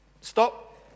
stop